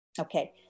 Okay